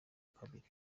kabiri